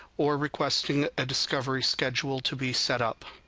or requesting a discovery schedule to be set up.